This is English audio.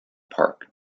park